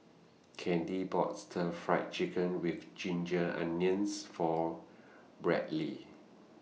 Candy bought Stir Fried Chicken with Ginger Onions For Bradley